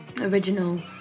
original